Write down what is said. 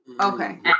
Okay